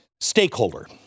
Stakeholder